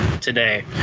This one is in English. today